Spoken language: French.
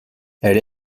elle